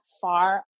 far